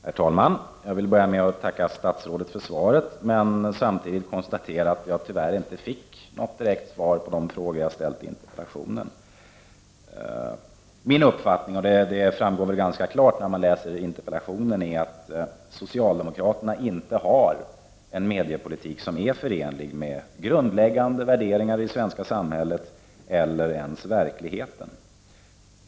Herr talman! Jag vill börja med att tacka statsrådet för svaret, men samtidigt konstatera att jag tyvärr inte fick något direkt svar på de frågor jag har ställt i interpellationen. Min uppfattning, som väl framgår ganska klart när man läser interpellationen, är att socialdemokraterna inte har en mediepolitik som är förenlig med grundläggande värderingar i det svenska samhället eller ens med verkligheten.